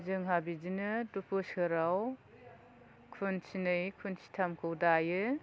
जोंहा बिदिनो दु बोसोराव खुन्थिनै खुन्थिथामखौ दायो